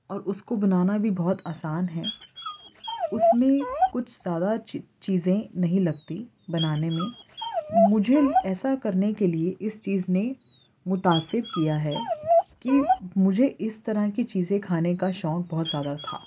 اور اس کو بنانا بھی بہت آسان ہے اس میں کچھ زیادہ چیزیں نہیں لگتیں بنانے میں مجھے ایسا کرنے کے لیے اس چیز نے متاثر کیا ہے کہ مجھے اس طرح کی چیزیں کھانے کا شوق بہت زیادہ تھا